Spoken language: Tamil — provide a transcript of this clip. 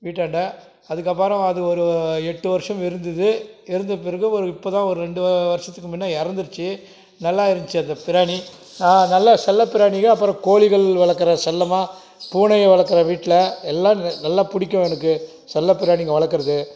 வீட்டாண்ட அதுக்கப்புறம் அது ஒரு எட்டு வருஷம் இருந்தது இருந்த பிறகு ஒரு இப்போதான் ஒரு ரெண்டு வருஷத்துக்கு முன்ன இறந்துருச்சு நல்லா இருந்துச்சு அந்த பிராணி ஆ நல்லா செல்லப்பிராணிகள் அப்புறம் கோழிகள் வளர்க்குறேன் செல்லமாக பூனையை வளர்க்குறேன் வீட்டில எல்லாம் ந நல்லா பிடிக்கும் எனக்கு செல்ல பிராணிங்கள் வளர்க்கறது